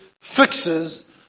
fixes